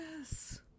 Yes